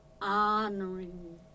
honoring